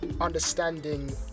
understanding